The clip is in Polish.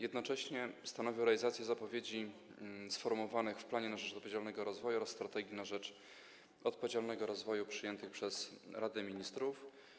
Jednocześnie stanowią realizację zapowiedzi sformułowanych w „Planie na rzecz odpowiedzialnego rozwoju” oraz „Strategii na rzecz odpowiedzialnego rozwoju” przyjętych przez Radę Ministrów.